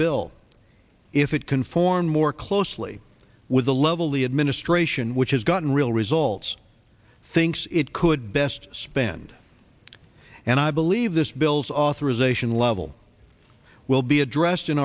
bill if it conforms more closely at the level the administration which has gotten real results thinks it could best spend and i believe this bill's authorization level will be addressed in